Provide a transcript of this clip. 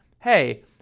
hey